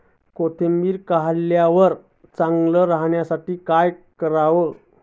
कोथिंबीर काढल्यावर चांगली राहण्यासाठी काय करावे?